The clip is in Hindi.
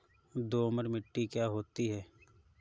दोमट मिट्टी क्या होती हैं?